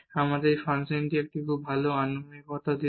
আমাদের ফাংশনটির একটি খুব ভাল আনুমানিকতা দেবে